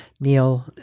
Neil